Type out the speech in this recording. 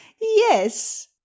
Yes